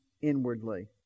inwardly